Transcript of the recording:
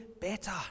better